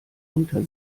unter